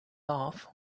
laugh